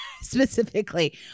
specifically